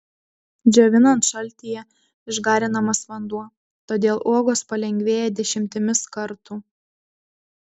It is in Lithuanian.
džiovinant šaltyje išgarinamas vanduo todėl uogos palengvėja dešimtimis kartų